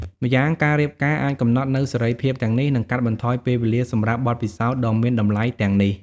ម្យ៉ាងការរៀបការអាចកំណត់នូវសេរីភាពទាំងនេះ និងកាត់បន្ថយពេលវេលាសម្រាប់បទពិសោធន៍ដ៏មានតម្លៃទាំងនេះ។